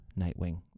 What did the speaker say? nightwing